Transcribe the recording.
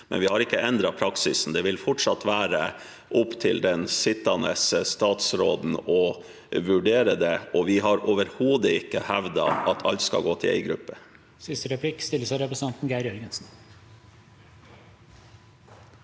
men vi har ikke endret praksisen. Det vil fortsatt være opp til den sittende statsråden å vurdere det, og vi har overhodet ikke hevdet at alt skal gå til én gruppe.